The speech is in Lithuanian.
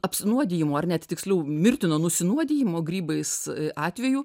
apsinuodijimų ar net tiksliau mirtino nunuodijimo grybais atvejų